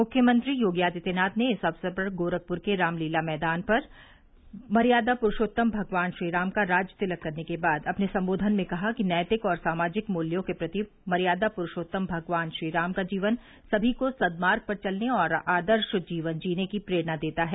मुख्यमंत्री योगी आदित्यनाथ ने इस अवसर गोरखपुर के रामलीला मैदान पर मर्यादा पुरूषोत्तम भगवान श्रीराम का राजतिलक करने के बाद अपने सम्बोधन में कहा कि नैतिक और सामाजिक मुल्यों के प्रति मर्यादा प्रूषोत्तम भगवान श्री राम का जीवन समी को सदमार्ग पर चलने और आदर्श जीवन जीने की प्रेरणा देता है